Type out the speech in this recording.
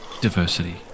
diversity